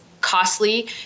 costly